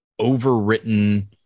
overwritten